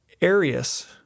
Arius